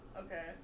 Okay